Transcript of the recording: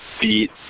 beat